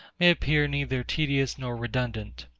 may appear neither tedious nor redundant.